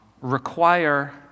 require